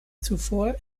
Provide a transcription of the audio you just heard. zuvor